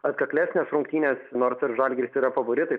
atkaklesnės rungtynės nors ir žalgiris yra favoritai